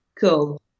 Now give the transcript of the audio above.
Cool